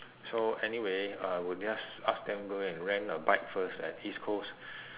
so anyway I will just ask them go and rent a bike first at east coast